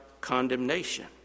condemnation